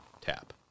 tap